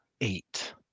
eight